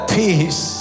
peace